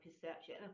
perception